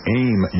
aim